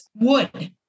wood